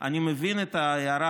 אני מבין את ההערה,